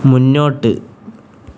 മുന്നോട്ട്